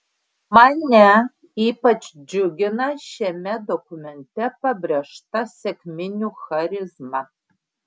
mane ypač džiugina šiame dokumente pabrėžta sekminių charizma